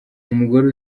umugore